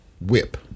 whip